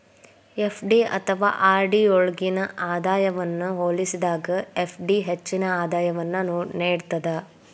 FD ಅಥವಾ RD ಯೊಳ್ಗಿನ ಆದಾಯವನ್ನ ಹೋಲಿಸಿದಾಗ ಎಫ್.ಡಿ ಹೆಚ್ಚಿನ ಆದಾಯವನ್ನು ನೇಡ್ತದ